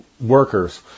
workers